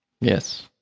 Yes